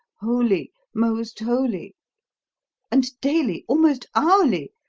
holy, most holy and daily, almost hourly,